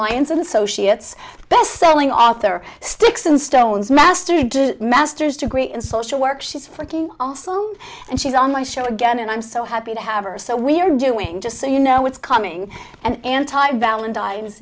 lions and so she gets bestselling author sticks and stones master master's degree in social work she's fucking awesome and she's on my show again and i'm so happy to have or so we're doing just so you know what's coming and anti valentine's